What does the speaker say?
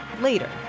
later